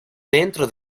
dentro